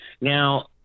Now